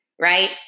right